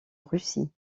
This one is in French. russie